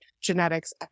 genetics